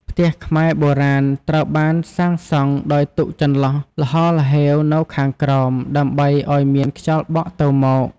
ផ្ទះខ្មែរបុរាណត្រូវបានសាង់សង់ដោយទុកចន្លោះល្ហល្ហេវនៅខាងក្រោម ដើម្បីឱ្យមានខ្យល់បក់ទៅមក។